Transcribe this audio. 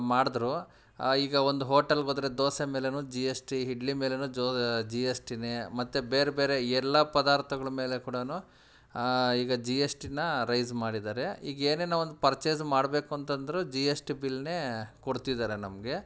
ಮಾಡಿದ್ರು ಈಗ ಒಂದು ಹೋಟೆಲಿಗೆ ಹೋದ್ರೆ ದೋಸೆ ಮೇಲೂ ಜಿ ಎಸ್ ಟಿ ಇಡ್ಲಿ ಮೇಲೂ ಜೋ ಜಿ ಎಸ್ ಟಿನೆ ಮತ್ತು ಬೇರೆಬೇರೆ ಎಲ್ಲ ಪದಾರ್ಥಗಳ್ ಮೇಲೆ ಕೂಡಾ ಈಗ ಜಿ ಎಸ್ ಟಿನ ರೈಝ್ ಮಾಡಿದ್ದಾರೆ ಈಗ ಏನೇನು ಒಂದು ಪರ್ಚೇಸ್ ಮಾಡಬೇಕು ಅಂತಂದರೂ ಜಿ ಎಸ್ ಟಿ ಬಿಲ್ನೇ ಕೊಡ್ತಿದ್ದಾರೆ ನಮಗೆ